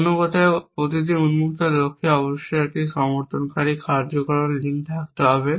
অন্য কথায় প্রতিটি উন্মুক্ত লক্ষ্যে অবশ্যই একটি সমর্থনকারী কার্যকারণ লিঙ্ক থাকতে হবে